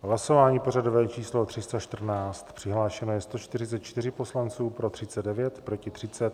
Hlasování pořadové číslo 314, přihlášeno je 144 poslanců, pro 39, proti 30.